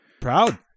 Proud